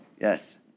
yes